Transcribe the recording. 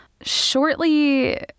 Shortly